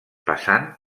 passant